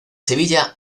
sevilla